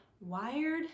wired